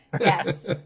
Yes